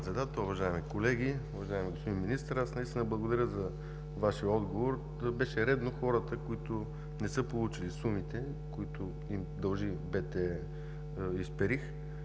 уважаеми колеги! Уважаеми господин Министър, аз наистина благодаря за Вашия отговор. Беше редно хората, които не са получили сумите, които им дължи „Исперих